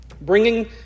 Bringing